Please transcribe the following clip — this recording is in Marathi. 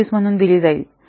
26 म्हणून दिली जाईल